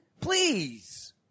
Please